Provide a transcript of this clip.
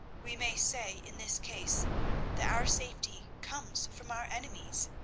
we may say in this case that our safety comes from our enemies.